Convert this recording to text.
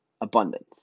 abundance